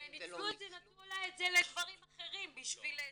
הם ניצלו, נתנו לה את זה לדברים אחרים, בשביל זה.